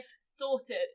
sorted